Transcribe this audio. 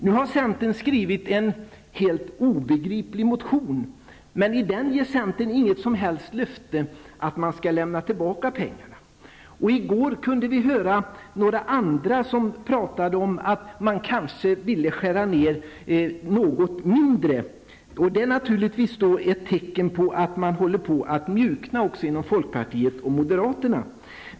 Nu har centern skrivit en helt obegriplig motion. Centern ger där inget som helst löfte om att pengarna skall lämnas tillbaka. I går var det några andra som talade om att man kanske skulle skära ned något mindre. Det är naturligtvis ett tecken på att man håller på att mjukna också inom folkpartiet och moderaterna.